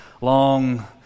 long